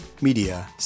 Media